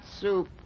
soup